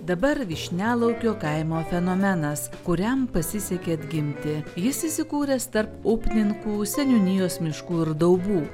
dabar vyšnialaukio kaimo fenomenas kuriam pasisekė atgimti jis įsikūręs tarp upninkų seniūnijos miškų ir daugų